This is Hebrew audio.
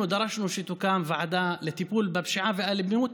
אנחנו דרשנו שתוקם ועדה לטיפול בפשיעה ואלימות,